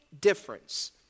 difference